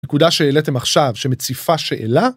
נקודה שהעליתם עכשיו, שמציפה שאלה.